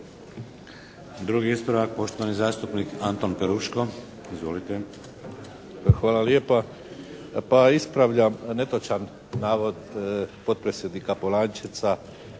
Drugi ispravak, poštovani zastupnik Anton Peruško. Izvolite! **Peruško, Anton (SDP)** Hvala lijepa. Pa ispravljam netočan navod potpredsjednika Polančeca